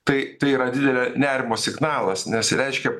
tai tai yra didelio nerimo signalas nes reiškia